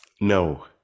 No